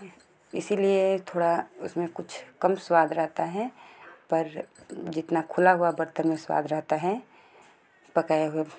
इसलिए थोड़ा उसमें कुछ कम स्वाद रहता है पर जितना खुला हुआ बर्तन में स्वाद रहता है पकाया हुआ